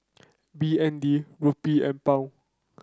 B N D Rupee and Pound